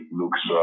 looks